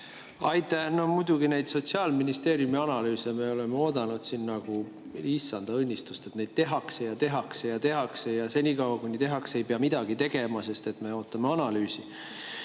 Aitäh! No muidugi, neid Sotsiaalministeeriumi analüüse me oleme oodanud siin nagu issanda õnnistust. Neid tehakse ja tehakse ja tehakse ja senikaua kuni tehakse, ei pea midagi tegema, sest me ootame analüüsi.